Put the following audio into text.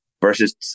versus